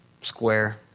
square